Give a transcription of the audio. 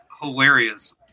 hilarious